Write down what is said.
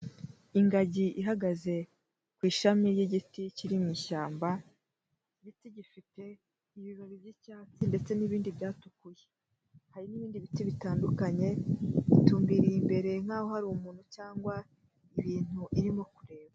Ingagi ihagaze ku ishami ry'igiti kiri mu ishyamba, igiti gifite ibibabi by'icyatsi ndetse n'ibindi byatukuye. Hari n'ibindi biti bitandukanye, itumbiriye imbere nk'aho hari umuntu cyangwa ibintu irimo kureba.